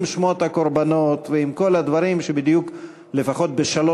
עם שמות הקורבנות ועם כל הדברים שלפחות בשלוש